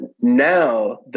now